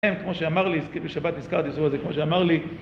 כמו שאמר לי בשבת נזכרתי לחשוב על זה, כמו שאמר לי